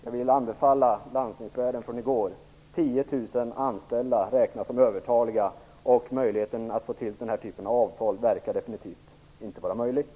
Jag vill anbefalla artikeln i Landstingsvärlden från i går, enligt vilken 10 000 anställda räknas som övertaliga och möjligheten att få till stånd den aktuella typen av avtal inte verkar finnas.